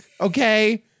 Okay